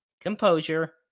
Composure